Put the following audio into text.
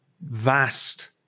vast